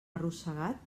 arrossegat